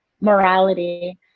morality